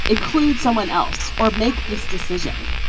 include someone else or make this decision.